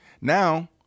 Now